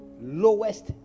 lowest